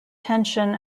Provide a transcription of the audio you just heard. tension